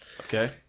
Okay